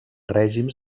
règims